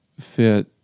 fit